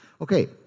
Okay